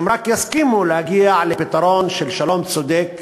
אם רק יסכימו להגיע לפתרון של שלום צודק,